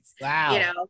Wow